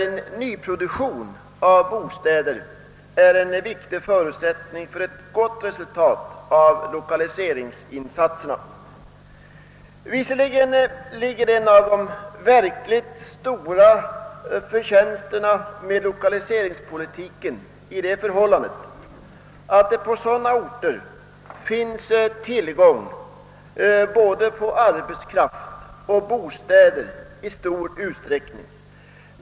En nyproduktion av bostäder på sådana orter är en viktig förutsättning för ett gott resultat av lokaliseringsinsatserna. Visserligen ligger en av de verkligt stora förtjänsterna med lokaliseringspolitiken i det förhållandet, att det på sådana orter i stor utsträckning finns tillgång till både arbetskraft och bostäder.